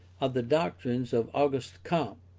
of the doctrines of auguste comte.